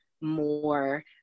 more